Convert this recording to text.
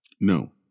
No